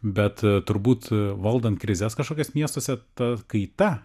bet turbūt valdant krizes kažkokias miestuose ta kaita